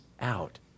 out